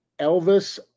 Elvis